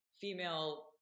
female